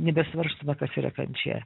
nebesvarstoma kas yra kančia